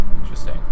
Interesting